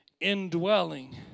indwelling